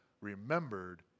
remembered